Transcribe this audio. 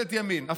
ממשלת ימין.